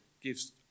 gives